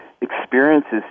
experiences